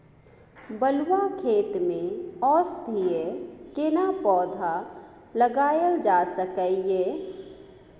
बलुआ खेत में औषधीय केना पौधा लगायल जा सकै ये?